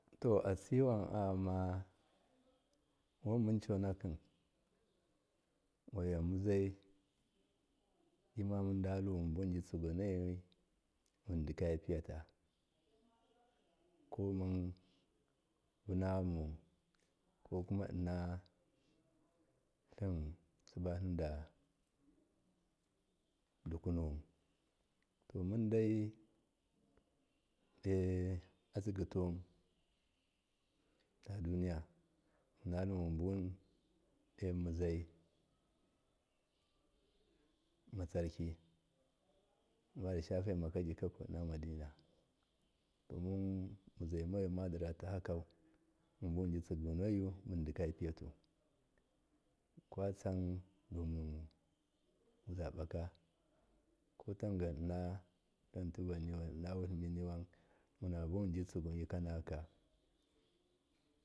To atsiwan ayama wanmun conakim waiyamuzaii mamundalu munbuwun mibitsigunoyi mudikaya piyata komun vunayamun ko innatlim sibatlim da dukumuwun to mundai de atsigituwun taduniya munalu munbuwun domuzai matsarki madishafema mankaji koln madina domin muzai mohi madira takau munbuwun munbitsigunou mudiyapiyatu kwacan do mun zabaka kotangan tilvanniwun inna wutliminiwun munabuwun mun bitsiguyikanaka.